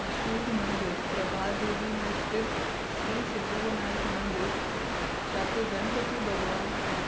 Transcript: मशहूरु मंदिर प्रभा देवी में स्थित श्री सिद्धिविनायक मंदिर जिते गणपति भॻवानु ऐं